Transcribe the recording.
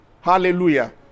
Hallelujah